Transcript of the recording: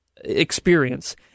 experience